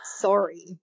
Sorry